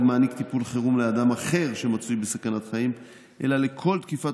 מעניק טיפול חירום לאדם אחר שמצוי בסכנת חיים אלא לכל תקיפת